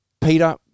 Peter